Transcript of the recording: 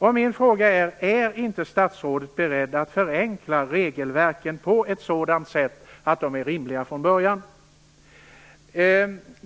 Är inte statsrådet beredd att förenkla regelverket på ett sådant sätt att reglerna är rimliga redan från början?